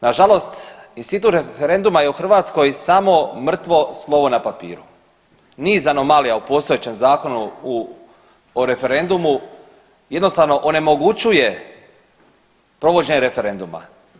Nažalost institut referenduma je u Hrvatskoj samo mrtvo slovo na papiru, niz anomalija u postojećem Zakonu u, o referendumu jednostavno onemogućuje provođenje referenduma.